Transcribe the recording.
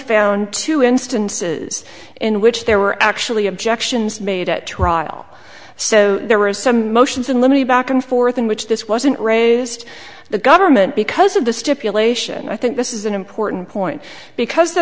found two instances in which there were actually objections made at trial so there was some motions in limine back and forth in which this wasn't raised the government because of the stipulation i think this is an important point because the